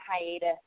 hiatus